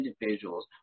individuals